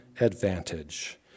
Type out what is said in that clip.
advantage